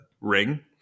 ring